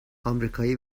آمریکایی